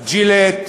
"ג'ילט",